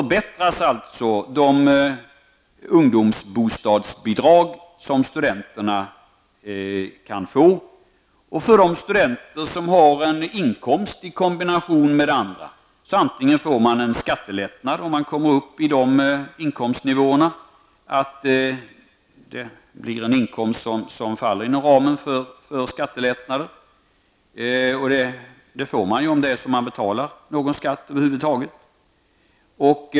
De ungdomsbostadsbidrag som studenterna kan få förbättras. De studenter som har inkomster i kombination med andra kan få skattelättnader, om inkomsten faller inom ramen för skattelättnader. Det får man om man betalar någon skatt över huvud taget.